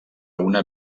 una